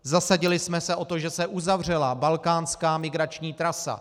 Zasadili jsme se o to, že se uzavřela balkánská migrační trasa.